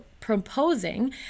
proposing